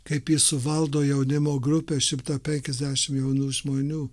kaip jis suvaldo jaunimo grupę šimta penkiasdešim jaunų žmonių